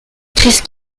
treize